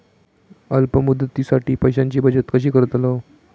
अल्प मुदतीसाठी पैशांची बचत कशी करतलव?